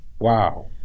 Wow